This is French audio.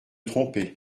tromper